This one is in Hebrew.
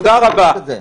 תודה רבה.